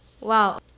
Wow